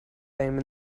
time